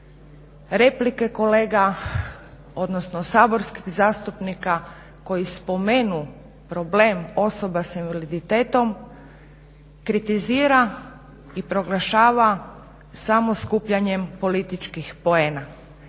replike kolega odnosno saborskih zastupnika koji spomenu problem osoba s invaliditetom kritizira i proglašava samo skupljanjem političkih poena.